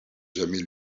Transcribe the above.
jamais